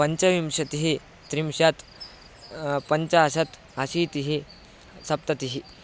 पञ्चविंशतिः त्रिंशत् पञ्चाशत् अशीतिः सप्ततिः